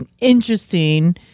interesting